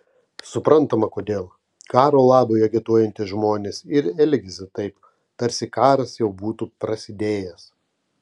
suprantama kodėl karo labui agituojantys žmonės ir elgiasi taip tarsi karas jau būtų prasidėjęs